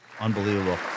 Unbelievable